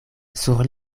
sur